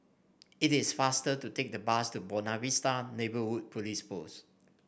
it is faster to take the bus to Buona Vista Neighbourhood Police Post